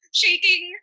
shaking